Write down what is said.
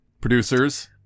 Producers